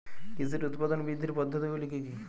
কৃষির উৎপাদন বৃদ্ধির পদ্ধতিগুলি কী কী?